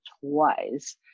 twice